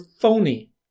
phony